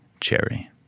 Cherry